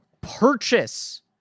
purchase